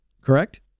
correct